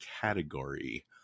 category